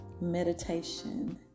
meditation